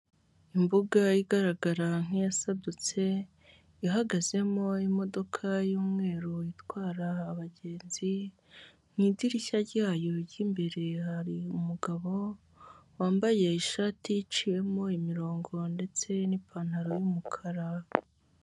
Imbuga igaragara nk'iyasadutse, ihagazemo imodoka y'umweru itwara abagenzi, mu idirishya ryayo ry'imbere hari umugabo wambaye ishati iciyemo imirongo ndetse n'ipantaro y'umukara.